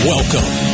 Welcome